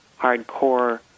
hardcore